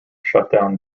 shutdown